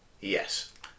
Yes